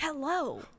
Hello